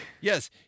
Yes